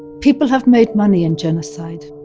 people have made money in genocide.